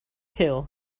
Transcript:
hill